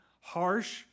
harsh